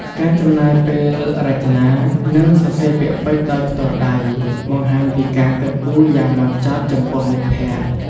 ការចំណាយពេលរចនា និងសរសេរពាក្យពេចន៍ដោយផ្ទាល់ដៃ បង្ហាញពីការគិតគូរយ៉ាងហ្មត់ចត់ចំពោះមិត្តភក្ដិ។